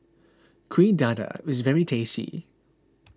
Kuih Dadar is very tasty